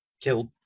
killed